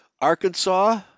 Arkansas